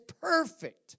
perfect